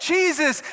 Jesus